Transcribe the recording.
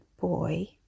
boy